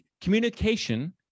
communication